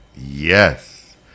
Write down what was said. Yes